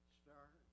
start